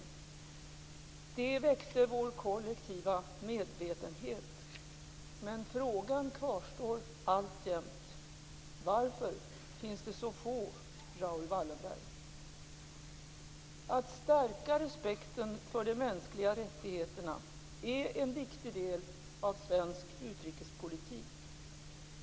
Det väckte vår kollektiva medvetenhet. Men frågan kvarstår alltjämt, varför finns det så få Raoul Wallenberg?" Att stärka respekten för de mänskliga rättigheterna är en viktig del av svensk utrikespolitik.